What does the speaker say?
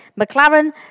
McLaren